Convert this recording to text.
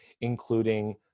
including